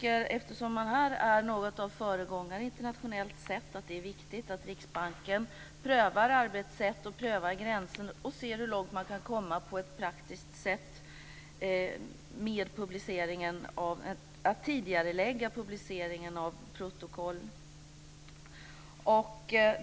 Eftersom man här är något av en föregångare internationellt sett är det, tycker jag, viktigt att Riksbanken prövar arbetssätt och gränser och ser hur långt man på ett praktiskt sätt kan komma när det gäller att tidigarelägga publiceringen av protokoll.